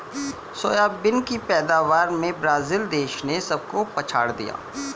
soybean की पैदावार में ब्राजील देश ने सबको पछाड़ दिया